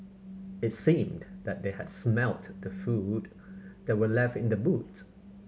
it seemed that they had smelt the food that were left in the boot